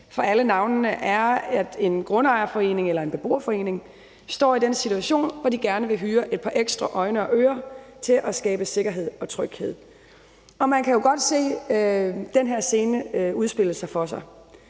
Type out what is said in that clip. for alle navnene er, at en grundejerforening eller en beboerforening står i den situation, hvor de gerne vil hyre et par ekstra øjne og ører til at skabe sikkerhed og tryghed. Man kan jo godt se den her scene udspille sig for sig.